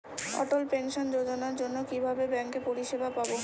অটল pension যোজনার জন্য কিভাবে ব্যাঙ্কে পরিষেবা পাবো?